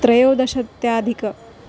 त्रयोदशत्याधिकं